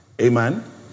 Amen